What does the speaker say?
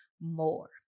more